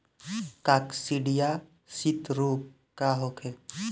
काकसिडियासित रोग का होखे?